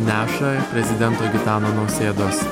neša prezidento gitano nausėdos